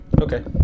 Okay